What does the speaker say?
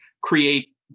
create